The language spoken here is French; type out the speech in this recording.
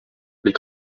les